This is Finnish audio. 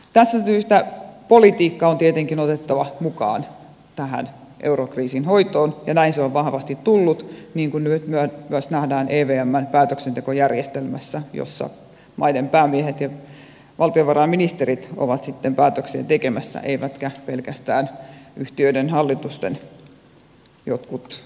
tästä syystä politiikka on tietenkin otettava mukaan tähän eurokriisin hoitoon ja näin se on vahvasti tullut niin kuin nyt myös nähdään evmn päätöksentekojärjestelmässä jossa maiden päämiehet ja valtiovarainministerit ovat sitten päätöksiä tekemässä eivätkä pelkästään yhtiöiden hallitusten jotkut virkamiehet